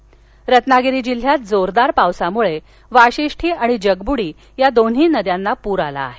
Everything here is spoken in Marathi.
रत्नागिरी रत्नागिरी जिल्ह्यात जोरदार पावसामुळे वाशिष्ठी आणि जगब्रडी या दोन नद्यांना पूर आला आहे